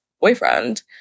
boyfriend